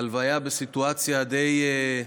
הלוויה בסיטואציה די,